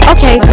Okay